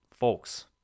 Folks